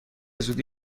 زودی